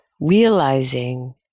realizing